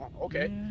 okay